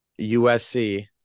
USC